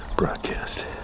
Broadcast